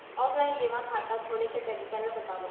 Offline जेमा खाता खोले के तरीका ल बतावव?